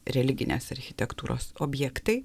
religinės architektūros objektai